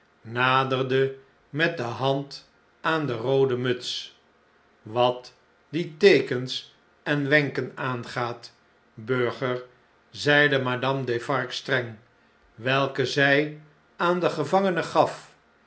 naderde met de hand aan de roode muts wat die teekens en wenken aangaat burger zeide madame defarge streng welke zjj aan de gevangenen gaf